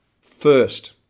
First